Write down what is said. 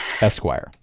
Esquire